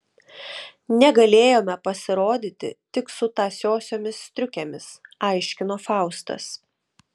negalėjome pasirodyti tik su tąsiosiomis striukėmis aiškino faustas